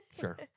Sure